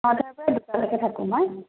নটাৰ পৰা দুটালৈকে থাকোঁ মই